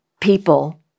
people